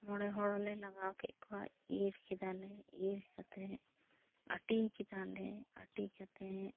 ᱢᱚᱬᱮ ᱦᱚᱲ ᱞᱮ ᱞᱟᱜᱟᱣ ᱠᱮᱫ ᱠᱚᱣᱟ ᱤᱨ ᱠᱮᱫᱟ ᱞᱮ ᱤᱨ ᱠᱟᱛᱮᱫ ᱟᱹᱴᱤ ᱠᱮᱫᱟᱞᱮ ᱟᱹᱴᱤ ᱠᱟᱛᱮᱜ